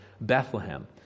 Bethlehem